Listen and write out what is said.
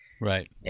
Right